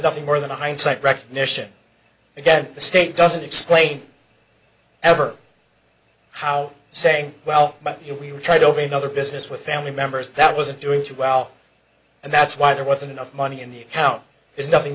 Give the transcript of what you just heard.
nothing more than hindsight recognition again the state doesn't explain ever how saying well we were trying to open another business with family members that wasn't doing too well and that's why there wasn't enough money in the account is nothing